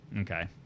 okay